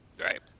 Right